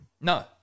No